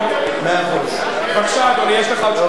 מה עם הדיבר "לא תגנוב"?